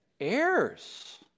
Heirs